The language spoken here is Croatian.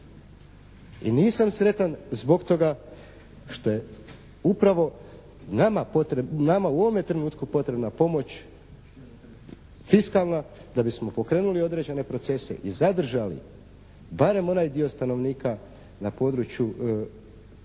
i nisam sretan zbog toga što je upravo nama u ovome trenutku potrebna pomoć fiskalna da bismo pokrenuli određene procese i zadržali barem onaj dio stanovnika na području